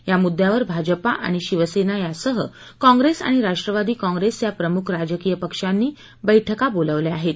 या मुद्द्यावर भाजपा आणि शिवसेना यासह काँप्रेस आणि राष्ट्रवादी काँप्रेस या प्रमुख राजकीय पक्षांनी आज बैठका बोलावल्यात